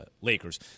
Lakers